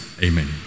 Amen